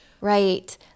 Right